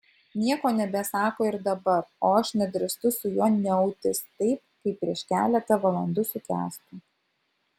nieko nebesako ir dabar o aš nedrįstu su juo niautis taip kaip prieš keletą valandų su kęstu